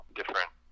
different